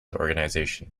organization